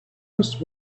just